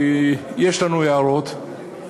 יש לנו הערות.